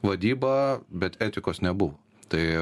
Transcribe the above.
vadyba bet etikos nebuvo tai